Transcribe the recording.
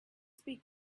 speak